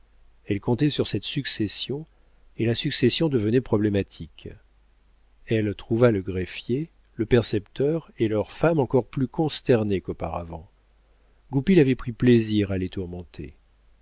elle comptait sur cette succession et la succession devenait problématique elle trouva le greffier le percepteur et leurs femmes encore plus consternés qu'auparavant goupil avait pris plaisir à les tourmenter